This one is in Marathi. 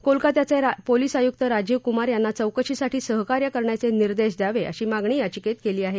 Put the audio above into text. कोलकात्याचे पोलीस आयुक्त राजीव कुमार यांना चौकशीसाठी सहकार्य करण्याचे निर्देश द्यावे अशी मागणी याचिकेत केली आहे